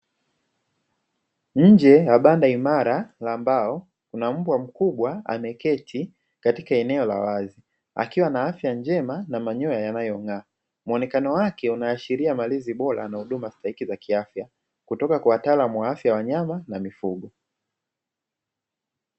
Nje ya banda imara la mbao, kuna mbwa mkubwa ameketi katika eneo la wazi akiwa na afya njema na manyoya yanayong’aa. Muonekano wake unaashiria malezi bora na huduma stahiki za kiafya kutoka kwa wataalamu wa afya ya wanyama na mifugo.